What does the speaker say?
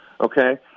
Okay